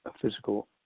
physical